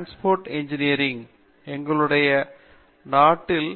transport engineering எங்களுடைய நாட்டில்